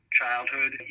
childhood